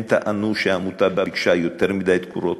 הם טענו שהעמותה ביקשה יותר מדי תקורות,